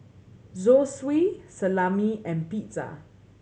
Zosui Salami and Pizza